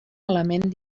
element